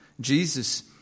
Jesus